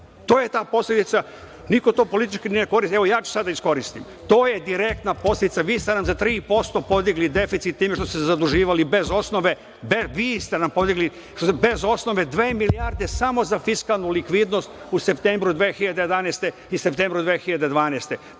To je ta posledica. Niko to politički ne koristi, ali evo ja ću sada da iskoristim. To je direktna posledica. Vi ste nam za 3% podigli deficit time što ste se zaduživali bez osnove. Vi ste nam podigli bez osnove dve milijarde samo za fiskalnu likvidnost u septembru 2011. godine i septembru 2012.